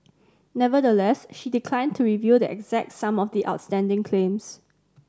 nevertheless she declined to reveal the exact sum of the outstanding claims